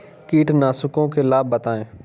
कीटनाशकों के लाभ बताएँ?